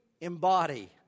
embody